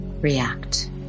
react